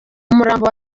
umurambo